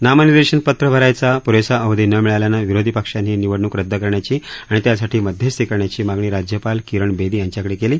नामनिर्देशन पात्र भरायचा पुरेसा अवघी न मिळाल्यानं विरोधी पक्षांनी हि निवडणूक रद्द करण्याची आणि त्यासाठी मध्यस्थी करण्याची मागणी राज्यपाल किरण बेदी यांच्याकडे केली